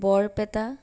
Barpeta